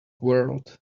world